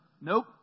nope